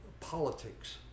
Politics